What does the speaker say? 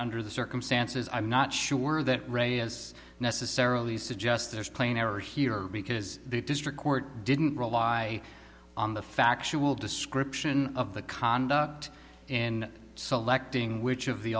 under the circumstances i'm not sure that reyes necessarily suggests there's plain error here because the district court didn't rely on the factual description of the conduct in selecting which of the